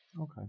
Okay